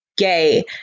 gay